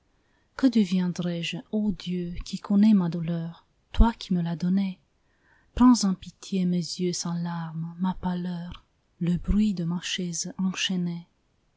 que deviendrai-je ô dieu qui connais ma douleur toi qui me l'as donnée prends en pitié mes yeux sans larmes ma pâleur le bruit de ma chaise enchaînée